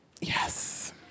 Yes